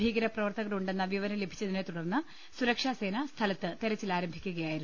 ഭീകരപ്രവർത്തകർ ഉണ്ടെന്ന വിവരം ലഭിച്ചതിനെ തുടർന്ന് സുരക്ഷാസേന സ്ഥലത്ത് തെരച്ചിലാരംഭിക്കുകയായിരുന്നു